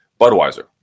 Budweiser